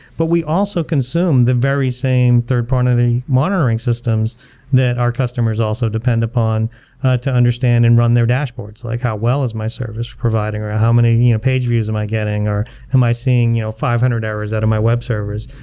but we also consume the very same third-party monitoring systems that our customers also depend upon to understand and run their dashboards, like how well is my service providing, or ah how many are you know page views am i getting, or am i seeing you know five hundred errors out of my web servers?